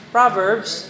Proverbs